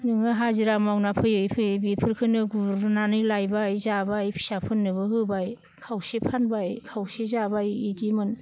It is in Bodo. नोङो हाजिरा मावना फैयै फैयै बेफोरखोनो गुरनानै लायबाय जाबाय फिसाफोरनोबो होबाय खावसे फानबाय खावसे जाबाय इदिमोन